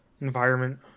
environment